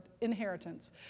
inheritance